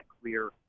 clear